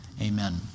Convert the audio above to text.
Amen